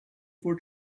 four